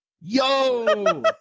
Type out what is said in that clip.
Yo